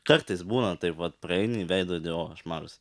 kartais būna taip vat praeini į veidrodį o aš mažas